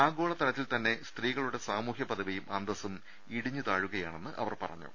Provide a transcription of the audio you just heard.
ആഗോളതലത്തിൽ തന്നെ സ്ത്രീകളുടെ സാമൂഹ്യപദവിയും അന്തസ്സും ഇടിഞ്ഞു താഴുകയാണെന്ന് അവർ പറഞ്ഞു